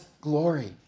glory